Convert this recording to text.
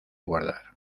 guardar